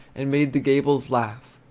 and made the gables laugh.